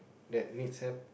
that needs help